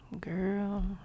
Girl